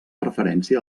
referència